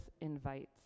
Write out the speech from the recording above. invites